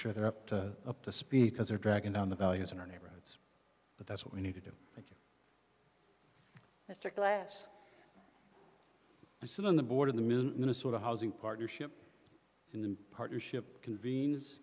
sure they're up to up to speed because they're dragging down the values in our neighborhoods but that's what we need to do is to class and sit on the board of the minnesota housing partnership in partnership conven